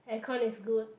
aircon is good